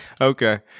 Okay